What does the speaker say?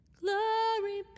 glory